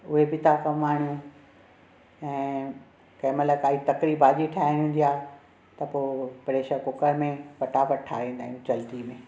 उहे बि था कमु आणियूं ऐं कंहिं महिल काई तकड़ी भाॼी ठाइणी हूंदी आहे त पोइ प्रेशर कूकरु में फ़टाफ़ट ठाहिंदा आहियूं जल्दी में